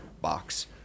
box